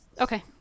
Okay